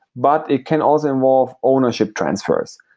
but it can also involve ownership transfers.